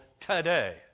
today